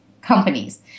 companies